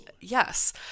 yes